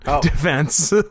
defense